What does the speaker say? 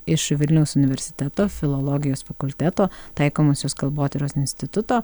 iš vilniaus universiteto filologijos fakulteto taikomosios kalbotyros instituto